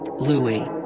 Louis